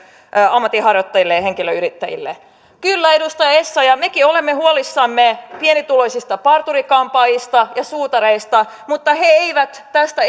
ammatinharjoittajille ja henkilöyrittäjille kyllä edustaja essayah mekin olemme huolissamme pienituloisista parturi kampaajista ja suutareista mutta he eivät tästä